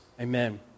Amen